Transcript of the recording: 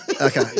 Okay